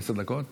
עשר דקות?